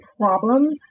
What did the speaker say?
problem